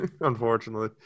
unfortunately